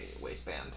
waistband